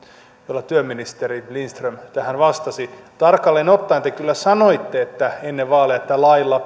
jolla työministeri lindström tähän vastasi tarkalleen ottaen te kyllä sanoitte ennen vaaleja että lailla